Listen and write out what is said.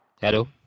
Hello